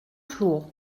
flour